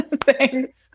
Thanks